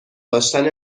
داشتن